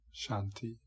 shanti